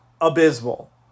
abysmal